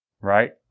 Right